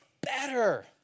better